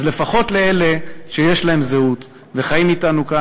אז לפחות לאלה שיש להם זהות וחיים אתנו כאן,